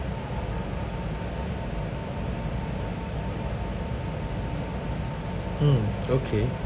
mm okay